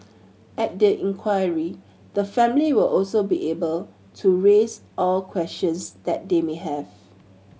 at the inquiry the family will also be able to raise all questions that they may have